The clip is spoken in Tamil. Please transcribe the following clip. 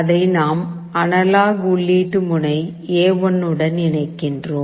அதை நாம் அனலாக் உள்ளீட்டு முனை எ1 உடன் இணைக்கிறோம்